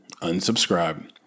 unsubscribe